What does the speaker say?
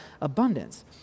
abundance